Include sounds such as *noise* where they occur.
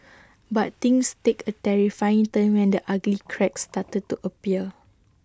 *noise* but things take A terrifying turn when the ugly cracks started to appear